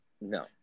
no